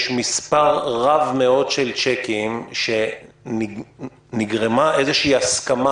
יש מספר רב מאוד של צ'קים שנגרמה איזושהי הסכמה